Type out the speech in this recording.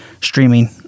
streaming